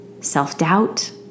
self-doubt